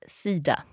sida